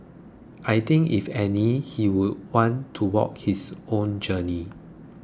I think if any he would want to walk his own journey